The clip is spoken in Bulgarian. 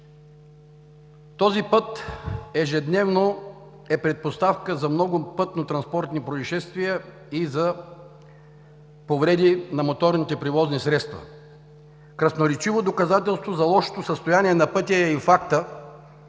Този път ежедневно е предпоставка за много пътно-транспортни произшествия и за повреди на моторните превозни средства. Красноречиво доказателство за лошото състояние на пътя е и фактът,